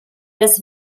dass